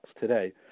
today